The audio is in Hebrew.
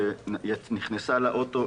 ונכנסה לאוטו,